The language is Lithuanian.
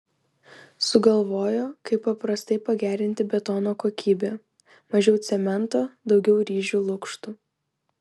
sugalvojo kaip paprastai pagerinti betono kokybę mažiau cemento daugiau ryžių lukštų